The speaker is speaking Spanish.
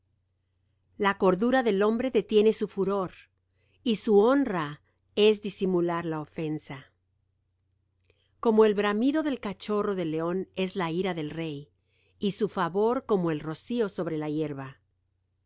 la cordura del hombre detiene su furor y su honra es disimular la ofensa como el bramido del cachorro de león es la ira del rey y su favor como el rocío sobre la hierba